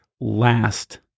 last